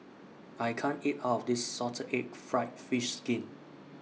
I can't eat All of This Salted Egg Fried Fish Skin